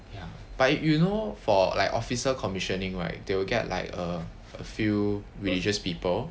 ya but you know for like officer commissioning right they will get like a a few religious people